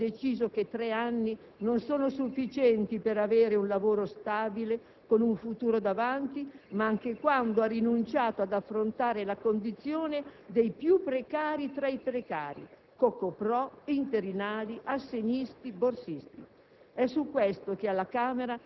Ha abdicato non solo quando ha deciso che tre anni non sono sufficienti per avere un lavoro stabile, con un futuro davanti, ma anche quando ha rinunciato ad affrontare la condizione dei più precari tra i precari: Co.co.pro., interinali, assegnisti, borsisti.